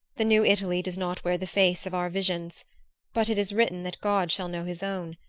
the new italy does not wear the face of our visions but it is written that god shall know his own,